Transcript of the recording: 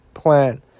Plant